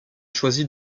choisi